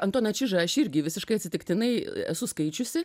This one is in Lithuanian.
antoną čižą aš irgi visiškai atsitiktinai esu skaičiusi